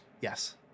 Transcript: Yes